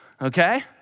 okay